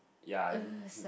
ya